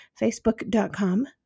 facebook.com